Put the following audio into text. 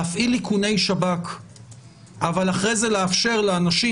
להפעיל איכוני שב"כ אבל אחרי זה לאפשר לאנשים